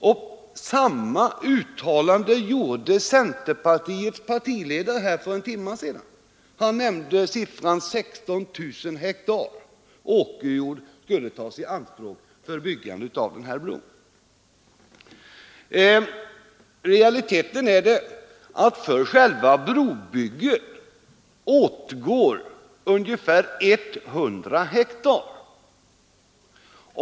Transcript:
Och samma uttalande gjorde centerpartiets ledare herr Fälldin här för en timme sedan — han sade att 16 000 hektar åkerjord skulle tas i anspråk för byggande av den här bron. I realiteten är det så att för själva brobygget åtgår ungefär 100 hektar.